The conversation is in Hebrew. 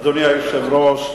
אדוני היושב-ראש,